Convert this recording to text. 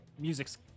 music's